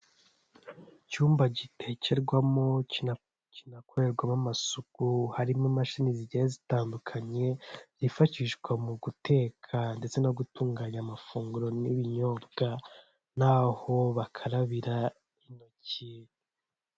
Icyumba gitekerwamo kinakorerwamo amasuku, harimo imashini zigiye zitandukanye, zifashishwa mu guteka ndetse no gutunganya amafunguro n'ibinyobwa n'aho bakarabira intoki.